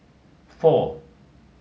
four